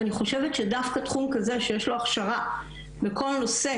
אני חושבת שדווקא תחום כזה שיש לו הכשרה בכל נושא